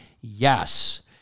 yes